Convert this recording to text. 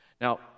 Now